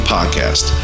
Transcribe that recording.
Podcast